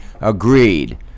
agreed